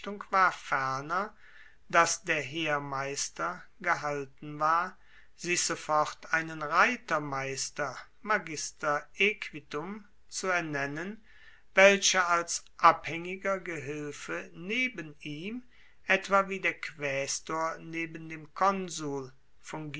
ferner dass der heermeister gehalten war sich sofort einen reitermeister magister equitum zu ernennen welcher als abhaengiger gehilfe neben ihm etwa wie der quaestor neben dem konsul